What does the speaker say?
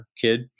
kid